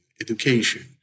education